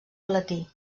platí